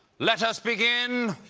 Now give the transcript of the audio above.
let us begin!